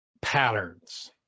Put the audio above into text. patterns